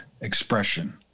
expression